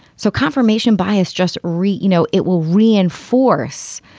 so confirmation bias just re, you know, it will reinforce,